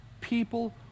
people